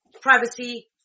privacy